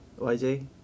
YJ